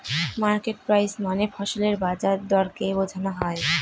market price মানে ফসলের বাজার দরকে বোঝনো হয়